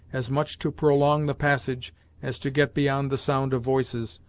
as much to prolong the passage as to get beyond the sound of voices,